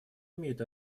имеют